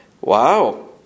Wow